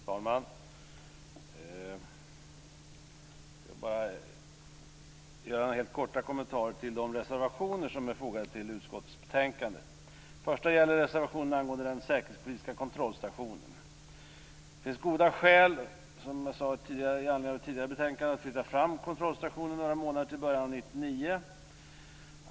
Fru talman! Jag vill bara göra några helt korta kommentarer till de reservationer som är fogade till utskottets betänkande. Den första gäller reservationen angående den säkerhetspolitiska kontrollstationen. Det finns, som jag sade med anledning av ett tidigare betänkande, goda skäl att flytta fram kontrollstationen några månader, till början av 1999.